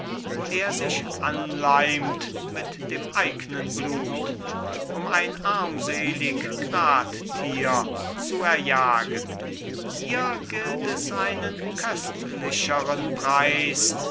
wo er sich anleimt mit dem eignen blut um ein armselig grattier zu erjagen hier gilt es einen köstlicheren preis